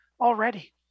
already